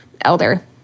elder